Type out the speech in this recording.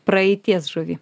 praeities žuvį